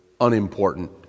unimportant